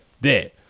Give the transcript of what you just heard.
dead